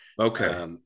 Okay